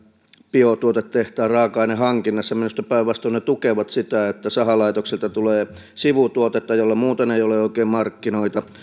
biotuotetehtaan raaka ainehankinnassa minusta päinvastoin ne tukevat sitä sahalaitoksilta tulee sivutuotetta jolle muuten ei ole oikein markkinoita